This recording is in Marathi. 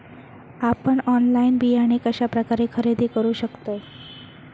आपन ऑनलाइन बियाणे कश्या प्रकारे खरेदी करू शकतय?